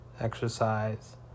exercise